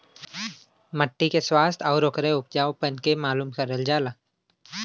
मट्टी के स्वास्थ्य आउर ओकरे उपजाऊपन के मालूम करल जाला